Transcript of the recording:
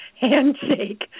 handshake